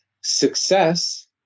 success